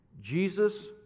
jesus